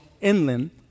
Inland